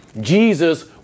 Jesus